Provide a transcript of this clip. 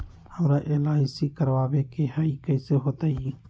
हमरा एल.आई.सी करवावे के हई कैसे होतई?